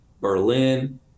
Berlin